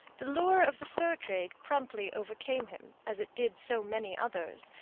the lure of the fur trade promptly overcame him, as it did so many others,